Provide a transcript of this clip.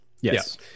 Yes